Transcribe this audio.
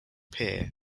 peer